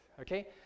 okay